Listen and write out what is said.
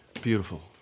Beautiful